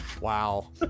Wow